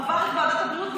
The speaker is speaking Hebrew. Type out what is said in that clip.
עבר את ועדת הבריאות,